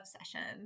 obsession